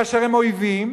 כאשר הם אויבים,